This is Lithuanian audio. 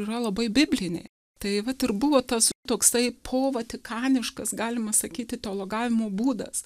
yra labai biblinė tai vat ir buvo tas toksai povatikaniškas galima sakyti teologavimo būdas